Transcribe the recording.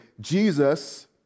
Jesus